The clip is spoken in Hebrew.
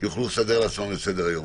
יוכלו לסדר לעצמם את סדר-היום.